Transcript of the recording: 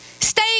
stay